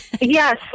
yes